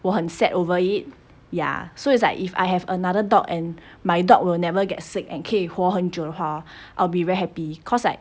我很 sad over it ya so it's like if I have another dog and my dog will never get sick and 可以活很久的话 hor I'll be very happy cause I